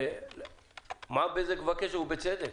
מה בזק מבקשת, ובצדק?